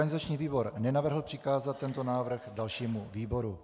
Organizační výbor nenavrhl přikázat tento návrh dalšímu výboru.